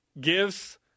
gives